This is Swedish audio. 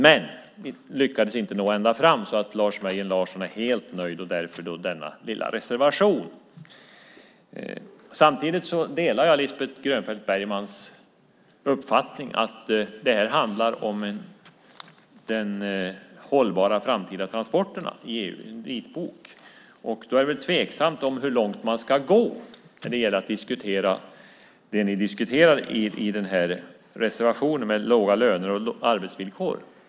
Men vi lyckades inte nå ända fram så att Lars Mejern Larsson blev helt nöjd, därför denna lilla reservation. Samtidigt delar jag Lisbeth Grönfeldt Bergmans uppfattning att det här handlar om de hållbara framtida transporterna i EU:s vitbok. Då är det tveksamt hur långt man ska gå när det gäller att diskutera det ni diskuterar i den här reservationen, låga löner och arbetsvillkor.